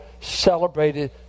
celebrated